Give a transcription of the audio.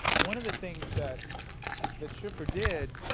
one of the things that that schiffer did